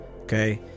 okay